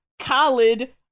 Khalid